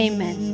Amen